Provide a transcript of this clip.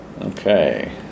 okay